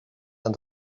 and